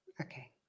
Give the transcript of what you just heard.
Okay